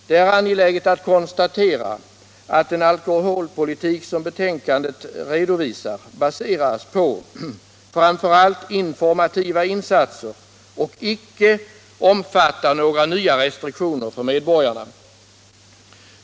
Det är angeläget att konstatera att den alkoholpolitik som betänkandet redovisar baseras på framför allt informativa insatser och icke omfattar några nya restriktioner för medborgarna.